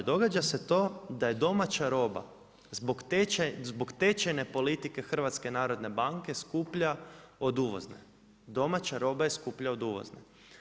Događa se to da je domaća roba zbog tečajne politike HNB-a skuplja od uvozne, domaća roba je skuplja od uvozne.